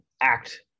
act